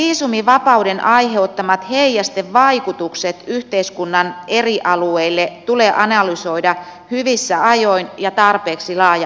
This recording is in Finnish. mahdollisen viisumivapauden aiheuttamat heijastevaikutukset yhteiskunnan eri alueille tulee analysoida hyvissä ajoin ja tarpeeksi laaja alaisesti